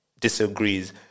disagrees